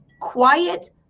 quiet